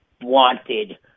wanted